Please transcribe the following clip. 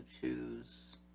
choose